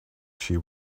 she